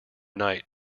night